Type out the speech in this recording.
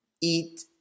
eat